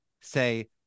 say